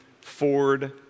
Ford